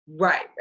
Right